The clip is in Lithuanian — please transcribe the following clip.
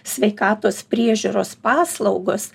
sveikatos priežiūros paslaugos